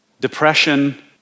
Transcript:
depression